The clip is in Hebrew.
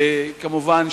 וכמובן,